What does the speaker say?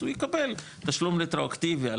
אז הוא יקבל תשלום רטרואקטיבי.